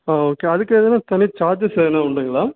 ஆ okay அதுக்கு எதனா தனி சார்ஜஸ் எதனா உண்டுங்களா